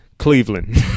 Cleveland